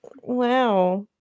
Wow